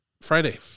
Friday